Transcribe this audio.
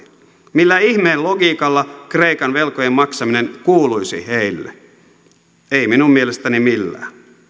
millä ihmeen logiikalla kreikan velkojen maksaminen kuuluisi heille ei minun mielestäni millään